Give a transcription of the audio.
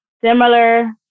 Similar